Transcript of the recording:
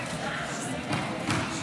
נתקבל.